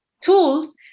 tools